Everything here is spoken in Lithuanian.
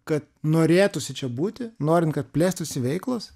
kad norėtųsi čia būti norint kad plėstųsi veiklos